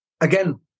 Again